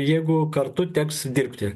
jeigu kartu teks dirbti